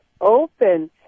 open